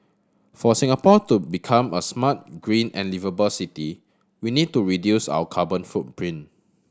for Singapore to become a smart green and liveable city we need to reduce our carbon footprint